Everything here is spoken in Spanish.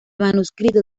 manuscrito